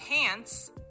pants